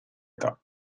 età